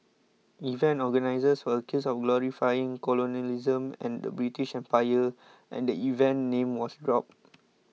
event organisers were accused of glorifying colonialism and the British Empire and the event's name was dropped